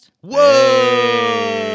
Whoa